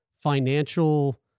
financial